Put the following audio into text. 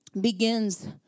begins